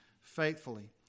faithfully